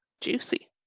Juicy